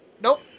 Nope